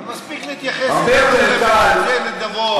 אבל מספיק להתייחס אלינו כלמקבצי נדבות.